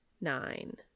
Nine